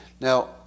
Now